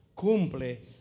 cumple